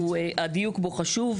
הדיוק בו חשוב,